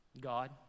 God